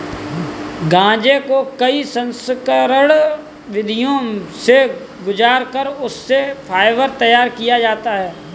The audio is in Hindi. गांजे को कई संस्करण विधियों से गुजार कर उससे फाइबर तैयार किया जाता है